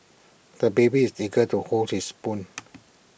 the baby is eager to hold his spoon